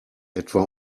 etwa